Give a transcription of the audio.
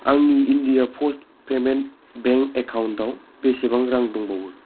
आंनि India first payment bank एकाउन्टाव बेसेबां रां दंबावो